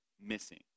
missing